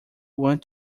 want